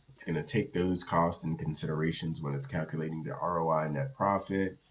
it's going to take those costs in considerations when it's calculating the um roi, and net profit.